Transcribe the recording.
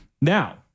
Now